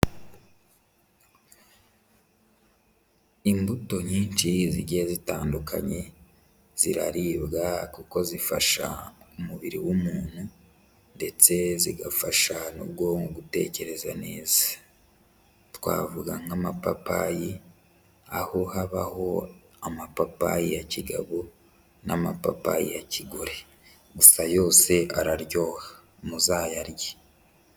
Imbuto nyinshi zigiye zitandukanye ziraribwa kuko zifasha umubiri w'umuntu ndetse zigafasha n'ubwonko gutekereza neza, twavuga nk'amapapayi aho habaho amapapayi ya kigabo n'amapapayi ya kigore, gusa yose araryoha muzayarye.